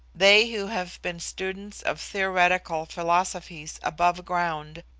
they who have been students of theoretical philosophies above ground,